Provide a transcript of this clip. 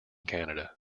canada